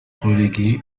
relégués